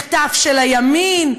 מחטף של הימין,